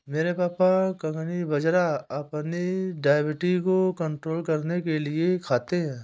मेरे पापा कंगनी बाजरा अपनी डायबिटीज को कंट्रोल करने के लिए खाते हैं